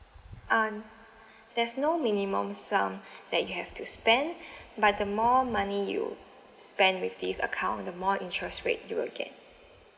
um there's no minimum sum that you have to spend but the more money you spend with this account the more interest rate you would get